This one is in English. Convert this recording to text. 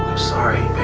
sorry.